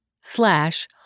slash